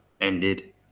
ended